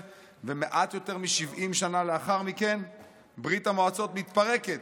ומעט יותר מ-70 שנה לאחר מכן ברית המועצות מתפרקת,